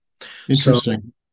interesting